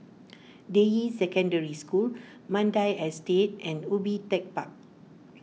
Deyi Secondary School Mandai Estate and Ubi Tech Park